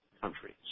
countries